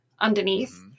underneath